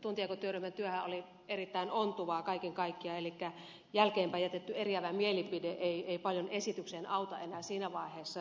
tuntijakotyöryhmän työhän oli erittäin ontuvaa kaiken kaikkiaan elikkä jälkeenpäin jätetty eriävä mielipide ei paljon esitystä auta enää siinä vaiheessa